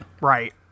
right